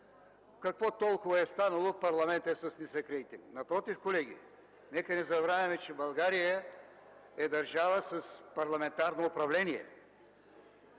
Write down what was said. Какво толкова е станало – парламентът е с нисък рейтинг. Напротив, колеги, нека не забравяме, че България е държава с парламентарно управление.